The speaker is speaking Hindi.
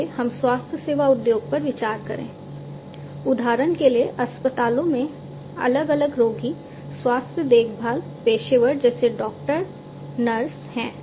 आइए हम स्वास्थ्य सेवा उद्योग पर विचार करें उदाहरण के लिए अस्पतालों में अलग अलग रोगी स्वास्थ्य देखभाल पेशेवर जैसे डॉक्टर नर्स हैं